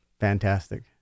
fantastic